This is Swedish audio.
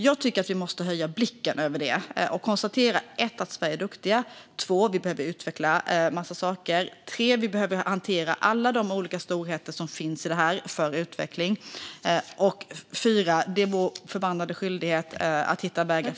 Jag tycker att vi måste höja blicken och konstatera för det första att vi i Sverige är duktiga, för det andra att vi behöver utveckla en massa saker, för det tredje att vi behöver hantera alla de olika storheter för utveckling som finns i detta och för det fjärde att det är vår förbannade skyldighet att hitta vägar framåt.